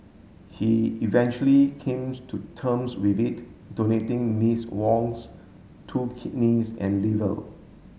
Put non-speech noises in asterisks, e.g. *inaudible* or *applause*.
he eventually *unintelligible* to terms with it donating Ms Wong's two kidneys and liver